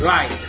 Right